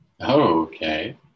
okay